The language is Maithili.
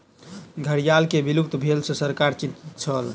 घड़ियाल के विलुप्त भेला सॅ सरकार चिंतित छल